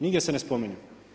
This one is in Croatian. Nigdje se ne spominju.